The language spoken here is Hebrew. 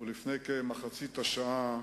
ולאחר מכן, אם תרצה,